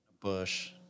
Bush